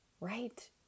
right